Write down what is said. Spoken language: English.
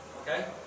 Okay